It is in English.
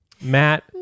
Matt